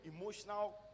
emotional